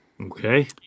Okay